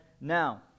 now